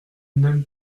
n’aime